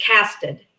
casted